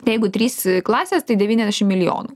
jeigu trys klasės tai devyniasdešim milijonų